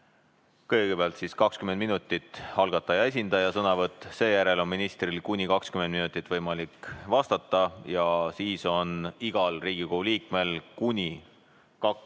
Kõigepealt on 20 minutit algataja esindaja sõnavõtt, seejärel on ministril kuni 20 minutit võimalik vastata ja siis on igal Riigikogu liikmel kuni kaks küsimust.